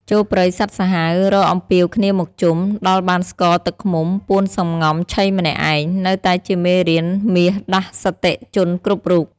«ចូលព្រៃសត្វសាហាវ រកអំពាវគ្នាមកជុំ ដល់បានស្ករទឹកឃ្មុំ ពួនសំងំឆីម្នាក់ឯង» នៅតែជាមេរៀនមាសដាស់សតិជនគ្រប់រូប។